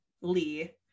Lee